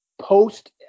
post